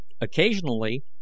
Occasionally